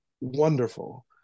wonderful